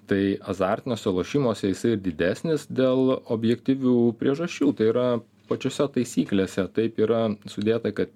tai azartiniuose lošimuose jisai didesnis dėl objektyvių priežasčių tai yra pačiose taisyklėse taip yra sudėta kad